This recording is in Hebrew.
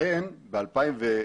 לכן ב-2019,